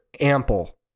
ample